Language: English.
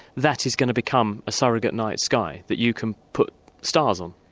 that is going to become a surrogate night sky that you can put stars on.